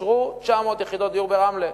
אושרו 900 יחידות דיור ברמלה.